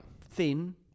thin